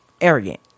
arrogant